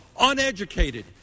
uneducated